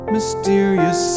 Mysterious